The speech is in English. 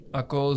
ako